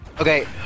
Okay